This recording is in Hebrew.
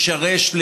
לשרש,